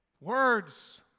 Words